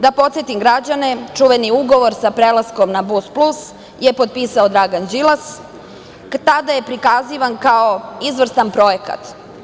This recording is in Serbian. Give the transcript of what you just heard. Da podsetim građane, čuveni ugovor sa prelaskom na „Bus plus“ je potpisao Dragan Đilas, tada je prikazivan kao izvrstan projekat.